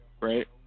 right